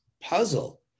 puzzle